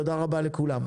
תודה רבה לכולם.